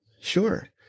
Sure